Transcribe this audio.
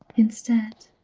instead.